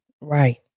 Right